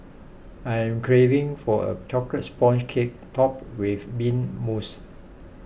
I am craving for a Chocolate Sponge Cake Topped with Mint Mousse